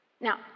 Now